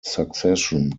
succession